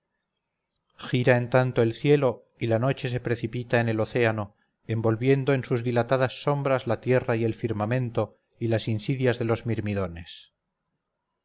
gira en tanto el cielo y la noche se precipita en el océano envolviendo en sus dilatadas sombras la tierra y el firmamento y las insidias de los